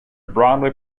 broadway